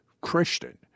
Christian